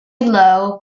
lowe